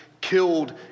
Killed